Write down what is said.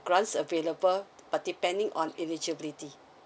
grants available but depending on eligibility